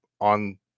on